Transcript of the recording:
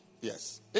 Yes